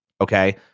Okay